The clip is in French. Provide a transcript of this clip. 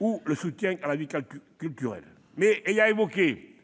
ou le soutien à la vie culturelle. Mais, ayant évoqué